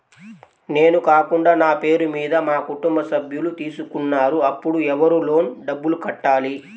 నేను కాకుండా నా పేరు మీద మా కుటుంబ సభ్యులు తీసుకున్నారు అప్పుడు ఎవరు లోన్ డబ్బులు కట్టాలి?